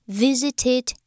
visited